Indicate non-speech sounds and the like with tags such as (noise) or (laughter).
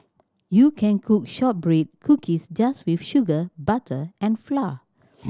you can cook shortbread cookies just with sugar butter and flour (noise)